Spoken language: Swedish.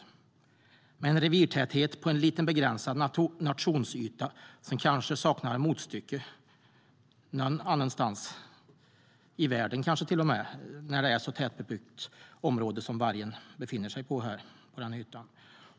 Det är en revirtäthet på en liten begränsad nationsyta som kanske saknar motstycke någon annanstans, kanske till och med i världen, när det är ett så tätbebyggt område på den yta där vargen befinner sig.